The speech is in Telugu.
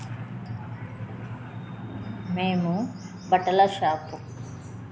మేము బట్టల షాపు